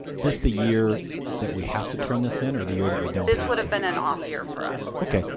the year that we have to turn this in or the year that we don't? this would have been an off year for us. ok.